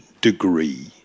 degree